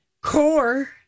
Core